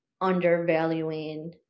undervaluing